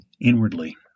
inwardly